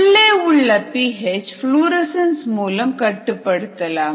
உள்ளே உள்ள P H fluorescence மூலம் கட்டுப்படுத்தலாம்